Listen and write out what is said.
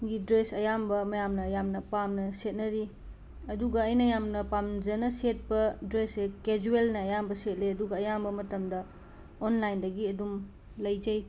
ꯒꯤ ꯗ꯭ꯔꯦꯁ ꯑꯌꯥꯝꯕ ꯃꯌꯥꯝꯅ ꯌꯥꯝꯅ ꯄꯥꯝꯅ ꯁꯦꯠꯅꯔꯤ ꯑꯗꯨꯒ ꯑꯩꯅ ꯌꯥꯝꯅ ꯄꯥꯝꯖꯅ ꯁꯦꯠꯄ ꯗ꯭ꯔꯦꯁꯁꯦ ꯀꯦꯖ꯭ꯋꯦꯜꯅ ꯑꯌꯥꯝꯕ ꯁꯦꯠꯂꯦ ꯑꯗꯨꯒ ꯑꯌꯥꯝꯕ ꯃꯇꯝꯗ ꯑꯣꯟꯂꯥꯏꯟꯗꯒꯤ ꯑꯗꯨꯝ ꯂꯩꯖꯩ